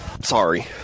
sorry